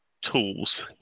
tools